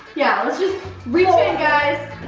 yeah, let's just reach in guys.